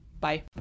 Bye